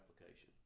application